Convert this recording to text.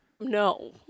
No